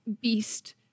beast